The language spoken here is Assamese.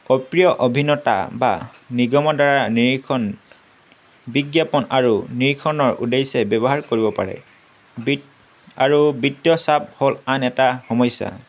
অপ্ৰিয় অভিনেতা বা নিগমৰ দ্বাৰা নিৰীক্ষণ বিজ্ঞাপন আৰু নিৰীক্ষণৰ উদেশ্যে ব্যৱহাৰ কৰিব পাৰে বি আৰু বিত্ত চাপ হ'ল আন এটা সমস্যা